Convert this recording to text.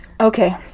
Okay